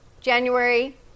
January